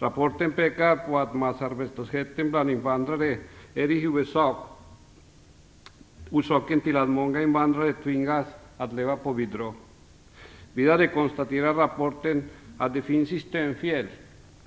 Rapporten pekar på att massarbetslösheten bland invandrare är den huvudsakliga orsaken till att många invandrare tvingas att leva på socialbidrag. Vidare konstaterar rapporten att det finns systemfel.